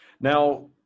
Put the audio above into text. Now